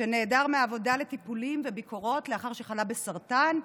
שנעדר מהעבודה לטיפולים וביקורות לאחר שחלה בסרטן,